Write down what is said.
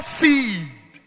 seed